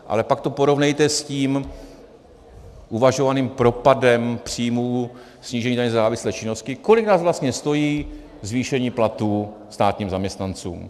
Ale pak to porovnejte s tím uvažovaným propadem příjmů ze snížení daně ze závislé činnosti, kolik nás vlastně stojí zvýšení platů státním zaměstnancům.